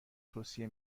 توصیه